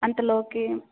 అంతలోకి